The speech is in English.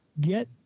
get